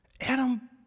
Adam